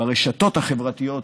ברשתות החברתיות,